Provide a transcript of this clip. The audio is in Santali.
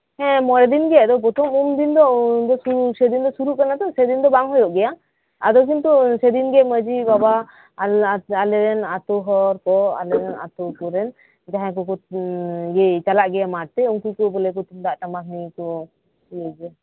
ᱦᱮᱸ ᱢᱚᱲᱮᱫᱤᱱ ᱜᱮ ᱟᱫᱚ ᱯᱚᱛᱷᱚᱢ ᱩᱢᱫᱤᱱᱫᱚ ᱥᱮᱫᱤᱱ ᱫᱚ ᱥᱩᱨᱩᱜ ᱠᱟᱱᱟᱛᱚ ᱥᱮᱫᱤᱱ ᱫᱚ ᱵᱟᱝ ᱦᱩᱭᱩᱜ ᱜᱮᱭᱟ ᱟᱫᱚ ᱠᱤᱱᱛᱩ ᱥᱮᱫᱤᱱᱜᱮ ᱢᱟᱺᱡᱷᱤ ᱵᱟᱵᱟ ᱟᱞᱮᱨᱮᱱ ᱟᱛᱩ ᱦᱚᱲᱠᱩ ᱟᱛᱩ ᱠᱚᱨᱮᱱ ᱡᱟᱦᱟᱸᱭ ᱠᱩᱠᱩ ᱪᱟᱞᱟᱜ ᱜᱮᱭᱟ ᱢᱟᱴᱛᱮ ᱩᱱᱠᱩᱠᱩ ᱵᱚᱞᱮᱠᱩ ᱛᱩᱢᱫᱟᱜᱽ ᱴᱟᱢᱟᱠ ᱱᱤᱭᱮ ᱠᱩ ᱨᱩᱭ ᱜᱮᱭᱟ